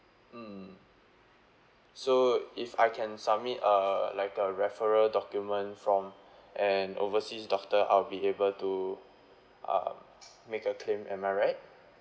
mm so if I can submit a like a referral document from an overseas doctor I'll be able to uh make a claim am I right